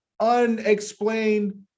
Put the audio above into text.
unexplained